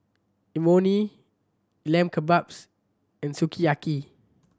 Imoni Lamb Kebabs and Sukiyaki